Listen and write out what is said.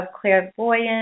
clairvoyance